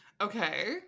Okay